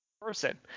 person